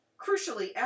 Crucially